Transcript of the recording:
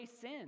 sin